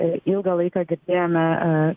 ilgą laiką girdėjome